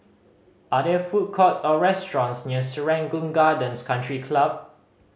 are there food courts or restaurants near Serangoon Gardens Country Club